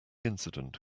incident